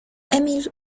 emil